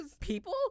People